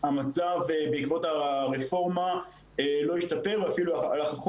המצב לא השתפר בעקבות הרפורמה ואפילו נסוג.